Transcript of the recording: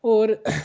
होर